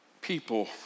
People